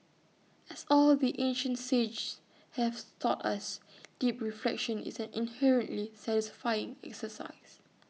as all the ancient sages have taught us deep reflection is an inherently satisfying exercise